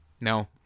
No